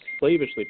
slavishly